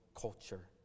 culture